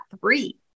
three